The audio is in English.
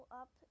up